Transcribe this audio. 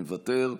מוותר,